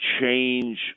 change